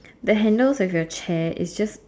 the handles of your chair is just